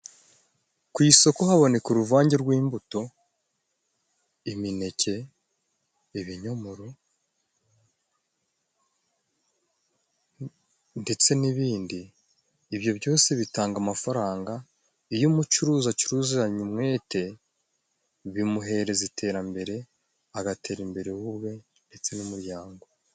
Ku isoko haboneka uruvange rw'imbuto imineke, ibinyomoro ndetse n'ibindi. Ibyo byose bitanga amafaranga iyo umucuruzi acuruzanye umwete bimuhereza iterambere, agatera imbere w'ubwe ndetse n'umuryango.